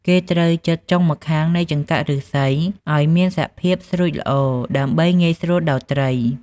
គេត្រូវចិតចុងម្ខាងនៃចង្កាក់ឫស្សីឲ្យមានសភាពស្រួចល្អ ដើម្បីងាយស្រួលដោតត្រី។